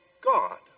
God